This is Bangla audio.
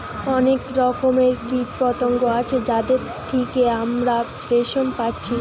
অনেক রকমের কীটপতঙ্গ আছে যাদের থিকে আমরা রেশম পাচ্ছি